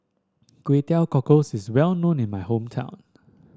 Kway Teow Cockles is well known in my hometown